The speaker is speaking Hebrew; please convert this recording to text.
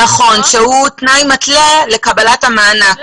נכון, שהוא תנאי מתלה לקבלת המענק.